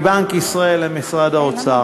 מבנק ישראל למשרד האוצר.